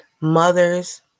mothers